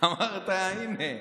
אמרת, הינה.